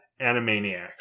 Animaniacs